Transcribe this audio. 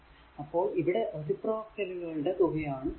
അപ്പോൾ ഇവിടെ റേസിപ്രോക്കലുകളുടെ തുക എടുക്കുക